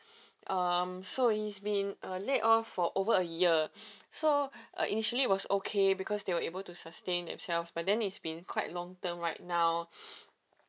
um so he's been uh laid off for over a year so uh initially was okay because they were able to sustain themselves but then it's been quite long term right now